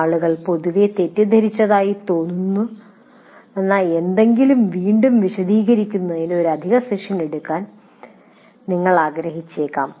ആളുകൾ പൊതുവെ തെറ്റിദ്ധരിച്ചതായി തോന്നുന്ന എന്തെങ്കിലും വീണ്ടും വിശദീകരിക്കുന്നതിന് ഒരു അധിക സെഷൻ എടുക്കാൻ നിങ്ങൾ ആഗ്രഹിച്ചേക്കാം